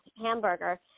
hamburger